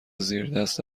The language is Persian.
زیردست